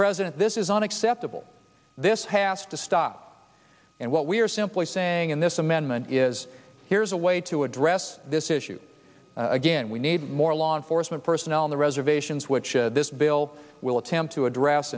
president this is unacceptable this has to stop and what we are simply saying in this amendment is here's a way to address this issue again we need more law enforcement personnel on the reservations which this bill will attempt to